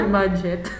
budget